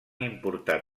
importar